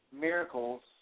miracles